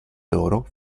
loro